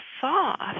soft